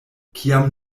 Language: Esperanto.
kiam